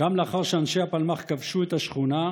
גם לאחר שאנשי הפלמ"ח כבשו את השכונה,